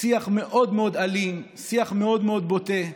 שיח מאוד מאוד אלים, שיח מאוד מאוד בוטה.